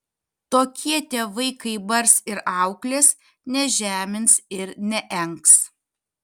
tokie tėvai kai bars ir auklės nežemins ir neengs